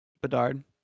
Bedard